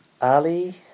Ali